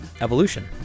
Evolution